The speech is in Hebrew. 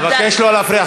אבקש לא להפריע.